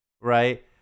right –